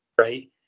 right